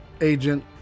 agent